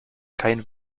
kein